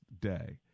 day